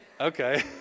okay